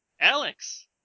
Alex